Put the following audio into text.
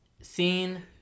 seen